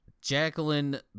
Jacqueline